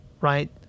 right